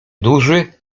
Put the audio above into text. duży